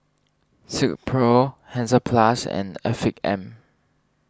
Silkpro Hansaplast and Afiq M